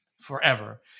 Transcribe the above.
forever